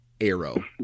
arrow